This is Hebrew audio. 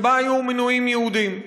שבה היו מנויים יהודים.